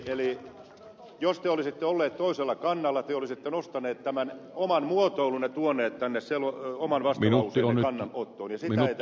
eli jos te olisitte olleet toisella kannalla te olisitte nostaneet tämän oman muotoilunne ja tuoneet tänne oman vastalauseenne kannanottoon ja sitä ei täältä nyt löydy